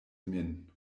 min